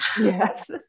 Yes